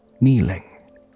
kneeling